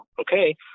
okay